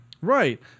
Right